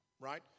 right